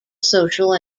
social